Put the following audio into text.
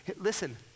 Listen